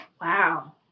wow